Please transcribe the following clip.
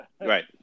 Right